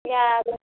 ꯌꯥꯗꯦ